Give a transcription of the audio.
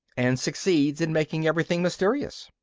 and succeeds in making everything mysterious.